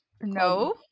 No